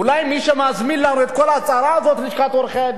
אולי מי שמזמין לנו את כל הצרה הזאת זה לשכת עורכי-הדין.